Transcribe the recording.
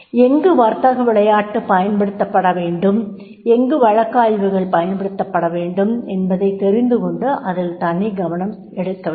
எங்கு வர்த்தக விளையாட்டு பயன்படுத்தப்பட வேண்டும் எங்கு வழக்காய்வுகள் பயன்படுத்தப்பட வேண்டும் என்பதைத் தெரிந்துகொண்டு அதில் தனி கவனம் எடுக்கவேண்டும்